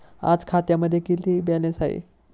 आज खात्यामध्ये किती बॅलन्स आहे?